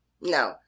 No